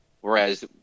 whereas